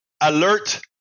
alert